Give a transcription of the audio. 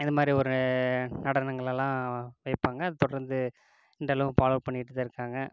இது மாதிரி ஒரு நடனங்களெல்லாம் வைப்பாங்க அது தொடர்ந்து இன்றளவும் ஃபாலோவ் பண்ணிகிட்டுதான் இருக்காங்க